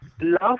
love